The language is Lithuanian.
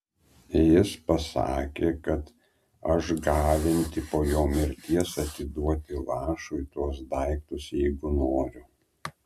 jis pasakė kad aš galinti po jo mirties atiduoti lašui tuos daiktus jeigu noriu